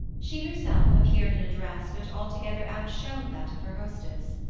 she herself appeared in a dress which altogether outshone that of her hostess.